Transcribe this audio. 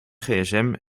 gsm